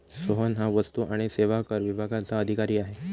सोहन हा वस्तू आणि सेवा कर विभागाचा अधिकारी आहे